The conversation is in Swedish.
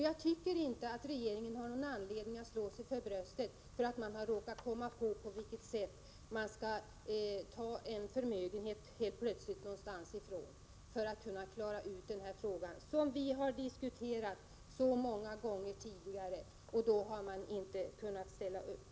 Jag tycker inte att regeringen har någon anledning att slå sig för bröstet bara därför att man helt plötsligt har råkat komma på att man skall beskatta vissa tillgångar för att på det sättet klara denna fråga. Vi har tidigare diskuterat denna många gånger, men då ville man inte ställa upp.